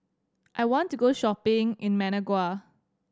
I want to go shopping in Managua